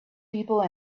people